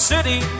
City